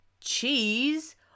cheese